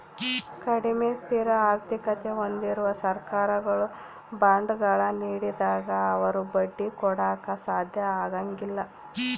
ಕಡಿಮೆ ಸ್ಥಿರ ಆರ್ಥಿಕತೆ ಹೊಂದಿರುವ ಸರ್ಕಾರಗಳು ಬಾಂಡ್ಗಳ ನೀಡಿದಾಗ ಅವರು ಬಡ್ಡಿ ಕೊಡಾಕ ಸಾಧ್ಯ ಆಗಂಗಿಲ್ಲ